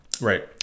Right